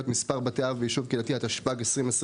(מספר בתי אב בישוב קהילתי) התשפ"ג-2023,